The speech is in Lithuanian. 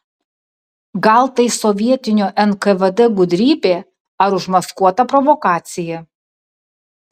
gal tai sovietinio nkvd gudrybė ar užmaskuota provokacija